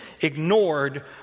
ignored